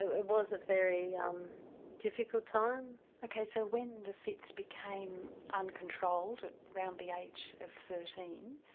it was a very um difficult time. okay, so when the fits became uncontrolled around the age of thirteen,